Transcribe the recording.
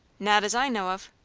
not as i know of.